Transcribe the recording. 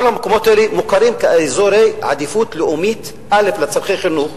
כל המקומות האלה מוכרים כאזורי עדיפות לאומית לצורכי חינוך,